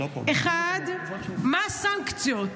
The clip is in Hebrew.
1. מה הסנקציות?